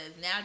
now